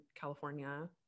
California